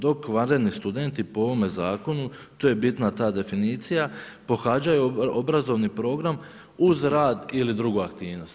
Dok vanredni studenti po ovome zakonu, tu je bitna ta definicija, pohađaju obrazovni program uz rad ili drugu aktivnost.